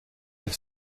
have